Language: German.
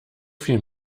viel